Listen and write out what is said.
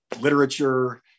literature